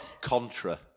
Contra